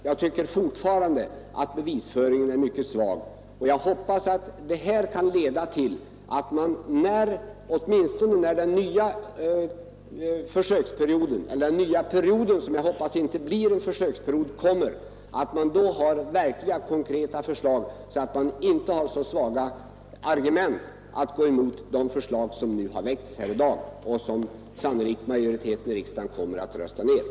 Jag tycker fortfarande att bevisföringen är mycket svag och jag hoppas att man när den nya perioden börjar — som inte bör bli någon försöksperiod — har konkreta förslag och att då argumenten mot våra förslag som majoriteten i riksdagen sannolikt kommer att rösta ned — inte skall vara lika svaga som nu.